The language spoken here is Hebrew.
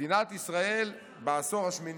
מדינת ישראל בעשור השמיני,